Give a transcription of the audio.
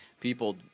People